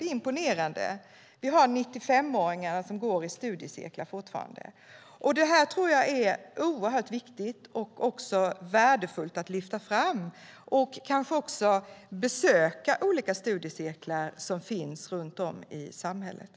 Det är imponerande. Det finns 95-åringar som går i studiecirklar. Detta är viktigt och värdefullt att lyfta fram, och det är kanske också viktigt att besöka olika studiecirklar som finns runt om i samhället.